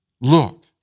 Look